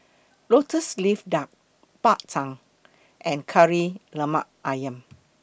Lotus Leaf Duck Bak Chang and Kari Lemak Ayam